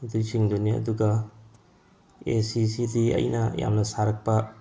ꯑꯗꯨꯏꯁꯤꯡꯗꯨꯅꯤ ꯑꯗꯨꯒ ꯑꯦ ꯁꯤꯁꯤꯗꯤ ꯑꯩꯅ ꯌꯥꯝꯅ ꯁꯥꯔꯛꯄ